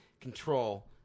control